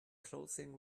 clothing